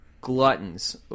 gluttons